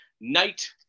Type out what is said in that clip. Night